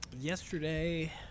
Yesterday